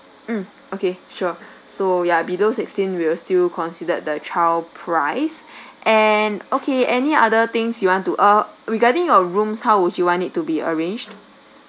mm okay sure so ya below sixteen we'll still considered the child price and okay any other things you want to ah regarding your rooms how would you want it to be arranged